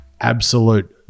absolute